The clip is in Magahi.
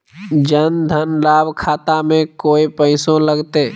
जन धन लाभ खाता में कोइ पैसों लगते?